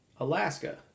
Alaska